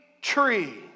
tree